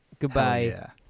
Goodbye